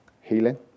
healing